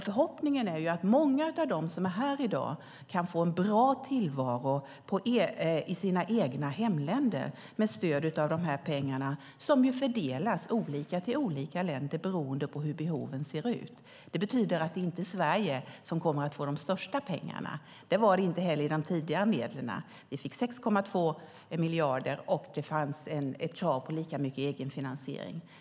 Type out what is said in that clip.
Förhoppningen är att många av dem som är här i dag ska kunna få en bra tillvaro i sina egna hemländer med stöd av dessa pengar som fördelas olika till olika länder beroende på hur behoven ser ut. Det betyder att det inte är Sverige som kommer att få de mesta pengarna. Det var det inte heller med de tidigare medlen. Vi fick 6,2 miljarder, och det fanns ett krav på lika mycket egenfinansiering.